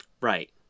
right